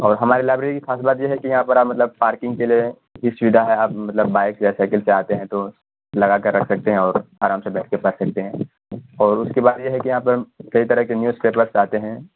اور ہماری لائیبریری کی خاص بات یہ ہے کہ یہاں پر آپ مطلب پارکننگ کے لیے کی سوویدھا ہے آپ مطلب بائک یا سائیکل سے آتے ہیں تو لگا کر رکھ سکتے ہیں اور آرام سے بیٹھ کے پڑھ سکتے ہیں اور اس کے بعد یہ ہے کہ یہاں پہ کئی طرح کے نیوز کیٹلاگز آتے ہیں